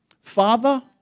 Father